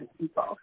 people